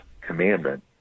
commandment